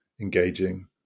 engaging